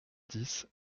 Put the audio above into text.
dix